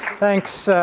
thanks,